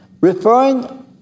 referring